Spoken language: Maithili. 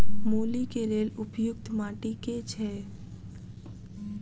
मूली केँ लेल उपयुक्त माटि केँ छैय?